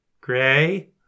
Gray